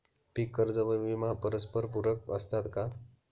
पीक कर्ज व विमा परस्परपूरक असतात का?